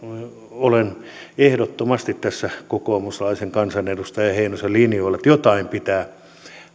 olen ehdottomasti tässä kokoomuslaisen kansanedustaja heinosen linjoilla että jotain pitää